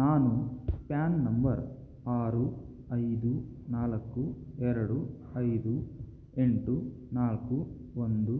ನಾನು PAN number ಆರು ಐದು ನಾಲ್ಕು ಎರಡು ಐದು ಎಂಟು ನಾಲ್ಕು ಒಂದು